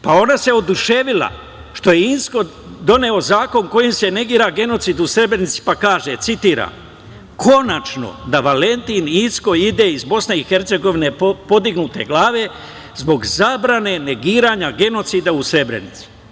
Pa ona se oduševila što je Inzko doneo zakon kojim se negira genocid u Srebrenici, pa kaže, citiram: „Konačno da Valentin Inzko ide iz Bosne i Hercegovine podignute glave zbog zabrane negiranja genocida u Srebrenici“